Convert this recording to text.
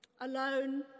Alone